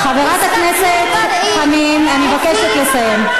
חברת הכנסת חנין, אני מבקשת לסיים.